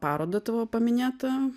parodą tavo paminėtą